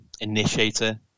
initiator